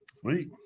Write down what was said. Sweet